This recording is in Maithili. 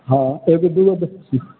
हॅं एकदू गो